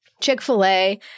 Chick-fil-A